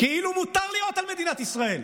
כאילו מותר לירות על מדינת ישראל,